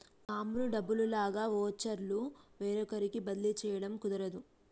మామూలు డబ్బుల్లాగా వోచర్లు వేరొకరికి బదిలీ చేయడం కుదరదు